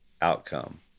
outcome